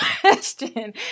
question